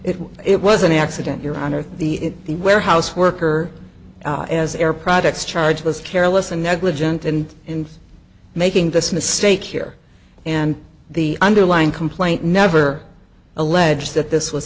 if it was an accident your honor the the warehouse worker as heir products charge was careless and negligent and in making this mistake here and the underlying complaint never allege that this was